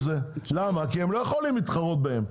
למה, כי הם לא יכולים להתחרות בהם.